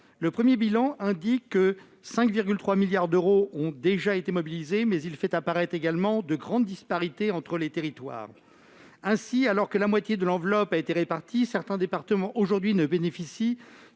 Un premier bilan indique que 5,3 milliards d'euros ont déjà été mobilisés, mais il fait également apparaître de grandes disparités entre les territoires. Ainsi, alors que la moitié de l'enveloppe a été distribuée, certains départements ne bénéficient